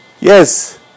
Yes